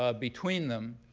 ah between them,